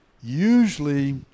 usually